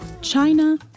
China